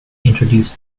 introduced